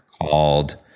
called